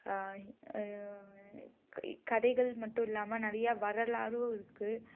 கதைகள் மட்டும் இல்லாமல் நிறையா வரலாறும் இருக்கு